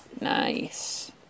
Nice